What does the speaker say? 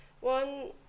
one